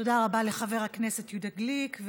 תודה רבה לחבר הכנסת יהודה גליק.